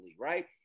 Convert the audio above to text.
right